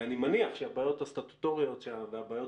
ואני מניח שהבעיות הסטטוטוריות והבעיות